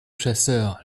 chasseur